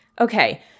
Okay